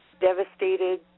Devastated